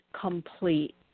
complete